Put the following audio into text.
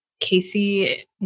Casey